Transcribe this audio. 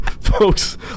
Folks